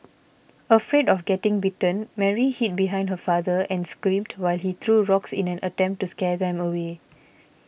afraid of getting bitten Mary hid behind her father and screamed while he threw rocks in an attempt to scare them away